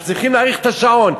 אז צריכים להאריך את השעון.